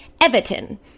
Everton